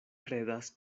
kredas